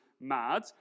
mad